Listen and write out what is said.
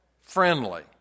friendly